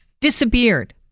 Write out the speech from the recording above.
disappeared